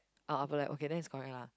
ah upper left okay then it's correct lah